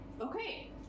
Okay